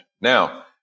Now